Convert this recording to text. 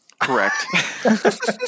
Correct